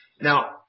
Now